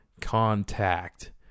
contact